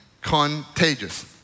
contagious